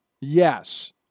Yes